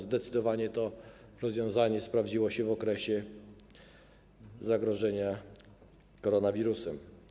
Zdecydowanie to rozwiązanie sprawdziło się w okresie zagrożenia koronawirusem.